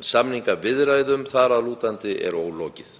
en samningaviðræðum þar að lútandi er ólokið.